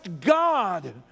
God